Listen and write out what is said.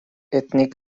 etnik